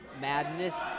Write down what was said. madness